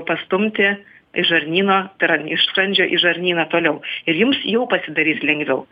pastumti iš žarnyno tai yra iš skrandžio į žarnyną toliau ir jums jau pasidarys lengviau